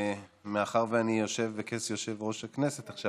מאחר שאני יושב בכס יושב-ראש הכנסת עכשיו,